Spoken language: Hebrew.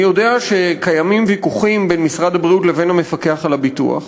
אני יודע שקיימים ויכוחים בין משרד הבריאות לבין המפקח על הביטוח,